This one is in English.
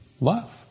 Love